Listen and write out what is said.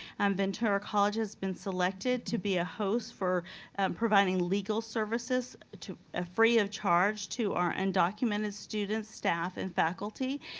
um ventura college has been selected to be a host for providing legal services ah free of charge to our undocumented students, staff, and faculty.